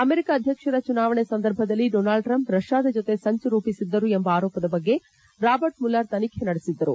America ಅಧ್ಯಕ್ಷರ ಚುನಾವಣೆ ಸಂದರ್ಭದಲ್ಲಿ ಡೊನಾಲ್ಡ್ ಟ್ರಂಪ್ ರಷ್ಟಾದ ಜತೆ ಸಂಚು ರೂಪಿಸಿದ್ದರು ಎಂಬ ಆರೋಪದ ಬಗ್ಗೆ ರಾಬರ್ಟ್ ಮುಲ್ಲರ್ ತನಿಖೆ ನಡೆಸಿದ್ದರು